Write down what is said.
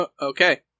Okay